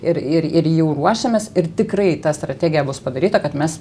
ir ir ir jau ruošiamės ir tikrai ta strategija bus padaryta kad mes